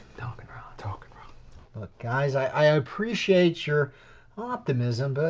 talking rock. talking rock. look guys i appreciate your optimism, but.